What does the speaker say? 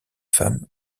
femme